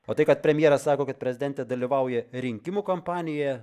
o tai kad premjeras sako kad prezidentė dalyvauja rinkimų kampanijoje